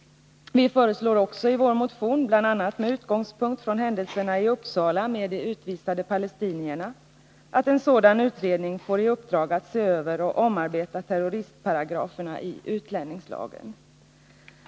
Vi föreslår i vår motion också, bl.a. med utgångspunkt i händelserna i Uppsala med de utvisade palestinierna, att en sådan utredning får i uppdrag att se över och omarbeta terroristparagraferna i utlänningslagen.